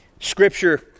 Scripture